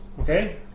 Okay